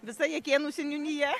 visa jakėnų seniūnija